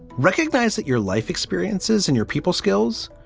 recognize that your life experiences and your people skills,